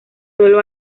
sólo